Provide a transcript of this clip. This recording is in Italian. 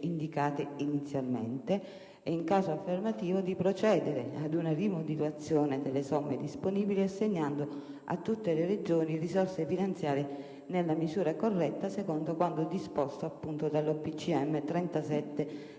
indicate inizialmente e, in caso affermativo, di procedere ad una rimodulazione delle somme disponibili, assegnando a tutte le Regioni risorse finanziarie nella misura corretta, secondo quanto disposto dall'OPCM n.